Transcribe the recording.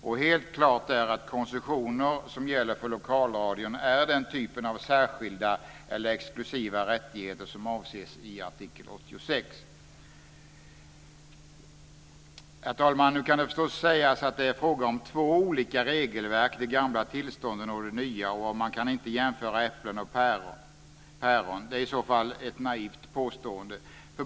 Och helt klart är att koncessioner som gäller för lokalradion är den typen av särskilda eller exklusiva rättigheter som avses i artikel 86. Nu kan det förstås sägas att det är fråga om två olika regelverk, de gamla tillstånden och de nya, och att man inte kan jämföra äpplen och päron. Det är i så fall ett naivt påstående.